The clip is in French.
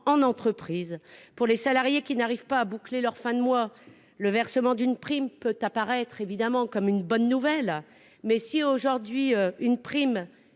en entreprise. Pour les salariés qui n'arrivent pas à boucler leurs fins de mois, le versement d'une prime peut sembler être une bonne nouvelle. Mais si une prime